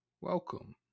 Welcome